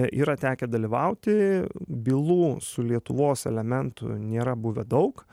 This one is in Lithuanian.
yra tekę dalyvauti bylų su lietuvos elementu nėra buvę daug